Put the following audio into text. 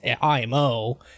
IMO